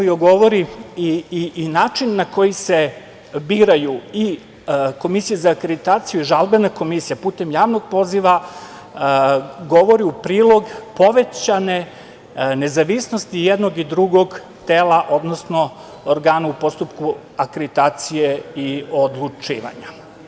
To govori i način na koji se biraju i komisija za akreditaciju i žalbena komisija, putem javnog poziva, govori u prilog povećane nezavisnosti jednog i drugog tela, odnosno organa u postupku akreditacije i odlučivanja.